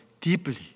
deeply